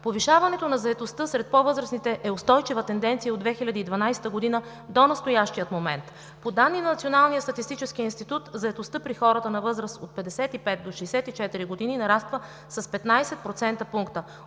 Повишаването на заетостта сред по-възрастните е устойчива тенденция от 2012 г. до настоящия момент. По данни на Националния статистически институт заетостта при хората на възраст от 55 до 64 години нараства с 15 процентни